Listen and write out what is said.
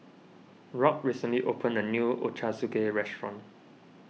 Rock recently opened a new Ochazuke restaurant